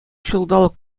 ҫулталӑк